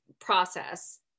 process